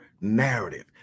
narrative